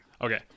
Okay